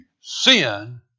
Sin